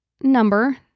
number